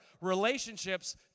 relationships